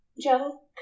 Joe